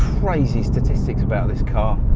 crazy statistics about this car.